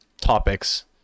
topics